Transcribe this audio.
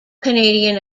canadian